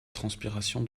transpiration